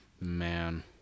Man